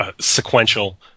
sequential